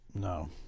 no